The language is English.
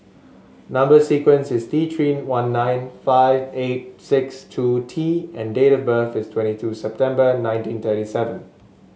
number sequence is T Three one nine five eight six two T and date of birth is twenty two September nineteen thirty seven